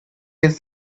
his